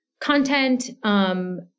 content